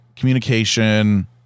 Communication